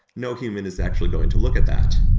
no human is actually going to look at that.